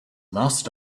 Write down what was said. lasted